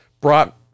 brought